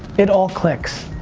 it all clicks.